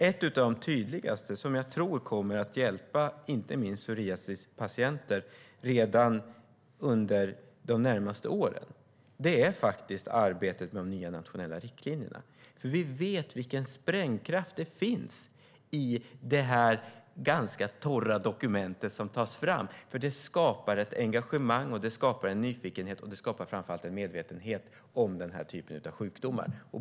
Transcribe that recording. Ett av de tydligaste exemplen, som jag tror kommer att hjälpa inte minst psoriasispatienter redan under de närmaste åren, är faktiskt arbetet med de nya nationella riktlinjerna. Vi vet vilken sprängkraft det finns i det ganska torra dokument som tas fram, för det skapar ett engagemang, skapar en nyfikenhet och skapar framför allt en medvetenhet om den här typen av sjukdomar.